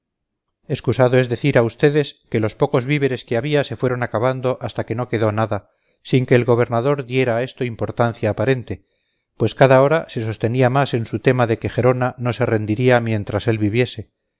mosca excusado es decir a ustedes que los pocos víveres que había se fueron acabando hasta que no quedó nada sin que el gobernador diera a esto importancia aparente pues cada hora se sostenía más en su tema de que gerona no se rendiría mientras él viviese